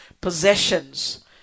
possessions